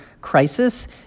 crisis